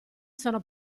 sono